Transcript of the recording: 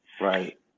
right